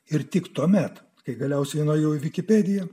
ir tik tuomet kai galiausiai nuėjau į wikipedia